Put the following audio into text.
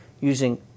using